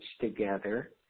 together